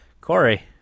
Corey